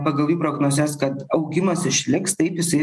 pagal jų prognozes kad augimas išliks taip jisai